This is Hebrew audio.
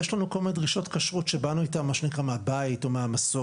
יש לנו כל מיני דרישות כשרות שבאנו איתן מהבית או מהמסורת,